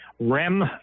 REM